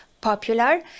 popular